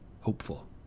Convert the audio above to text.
hopeful